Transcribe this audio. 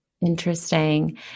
Interesting